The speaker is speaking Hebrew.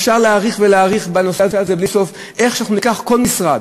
אפשר להאריך ולהאריך בנושא הזה בלי סוף, כל משרד